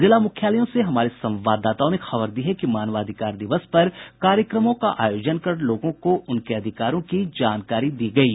जिला मुख्यालयों से हमारे संवाददाताओं ने खबर दी है कि मानवाधिकार दिवस पर कार्यक्रमों का आयोजन कर लोगों को उनके अधिकारों की जानकारी दी गयी